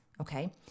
Okay